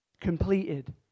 completed